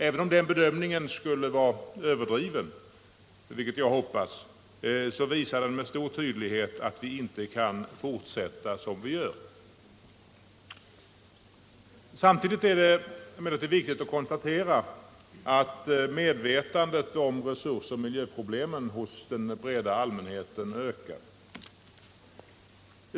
Även om denna bedömning skulle vara överdriven, vilket jag hoppas, så visar den med stor tydlighet att vi inte kan fortsätta som vi gör. Samtidigt är det emellertid viktigt att konstatera att medvetandet om resursoch miljöproblemen hos den breda allmänheten ökar.